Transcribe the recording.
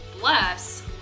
bless